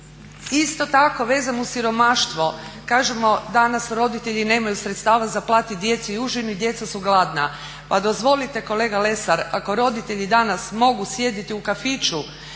Isto tako vezano uz siromaštvo, kažemo danas roditelji nemaju sredstva za platiti djeci užinu i djeca su gladna. Pa dozvolite kolega Lesar, ako roditelji danas mogu sjediti u kafiću,